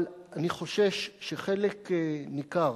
אבל אני חושש שחלק ניכר